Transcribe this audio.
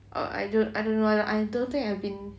oh I don't I don't know I don't think I've been